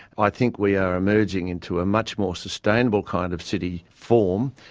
i think we are emerging into a much more sustainable kind of city form,